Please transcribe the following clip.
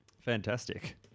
Fantastic